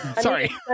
Sorry